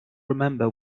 remember